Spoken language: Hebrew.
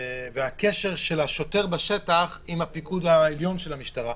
והקשר של השוטר בשטח עם הפיקוד העליון של המשטרה.